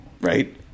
Right